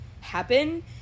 happen